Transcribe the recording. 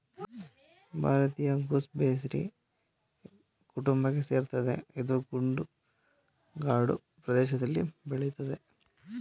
ಭಾರತೀಯ gooseberry Euphorbiaceae ಕುಟುಂಬಕ್ಕೆ ಸೇರ್ತದೆ ಇದು ಗುಡ್ಡಗಾಡು ಪ್ರದೇಷ್ದಲ್ಲಿ ಬೆಳಿತದೆ